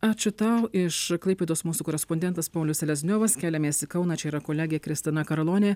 ačiū tau iš klaipėdos mūsų korespondentas paulius selezniovas keliamės į kauną čia yra kolegė kristina karlonė